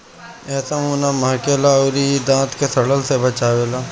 एसे मुंह ना महके ला अउरी इ दांत के सड़ला से बचावेला